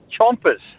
Chompers